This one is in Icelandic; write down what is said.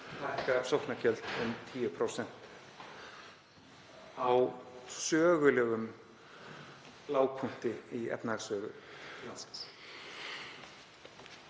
hækka sóknargjöld um 10% á sögulegum lágpunkti í efnahagssögu